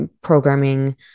programming